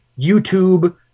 YouTube